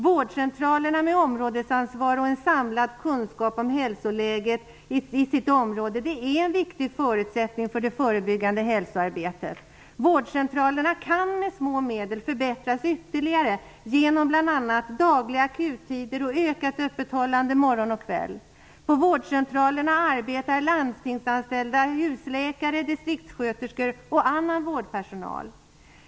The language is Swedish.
Vårdcentraler med områdesansvar och en samlad kunskap om hälsoläget i området är en viktig förutsättning för det förebyggande hälsoarbetet. Vårdcentralerna kan med små medel förbättras ytterligare genom bl.a. dagliga akuttider och ett utökat öppethållande morgon och kväll. På vårdcentralerna arbetar landstingsanställda husläkare, distriktssköterskor och annan vårdpersonal.